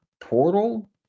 portal